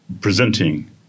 presenting